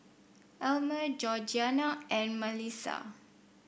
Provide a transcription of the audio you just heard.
Elmer Georgiana and Malissa